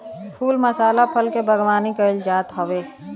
फूल मसाला फल के बागवानी कईल जात हवे